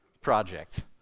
project